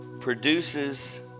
produces